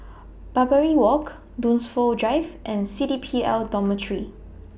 Barbary Walk Dunsfold Drive and C D P L Dormitory